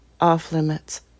off-limits